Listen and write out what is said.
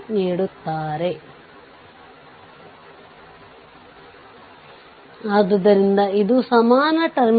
ಉತ್ತರವು 20 ವೋಲ್ಟ್ ಆಗಿದೆ ಇಲ್ಲಿ ಸಹ ಪರಿಹರಿಸಿ